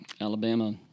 Alabama